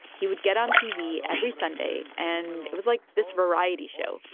he would get on tv every sunday, and it was like this variety show.